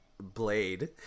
Blade